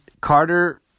Carter